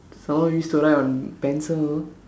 some more used to write on pencil